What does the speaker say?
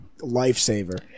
lifesaver